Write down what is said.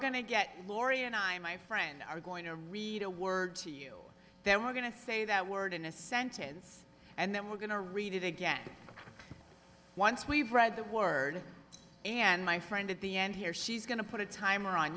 to get lori and i my friend are going to read a word to you that we're going to say that word in a sentence and then we're going to read it again once we've read the word and my friend at the end here she's going to put a timer on